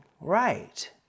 right